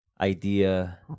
Idea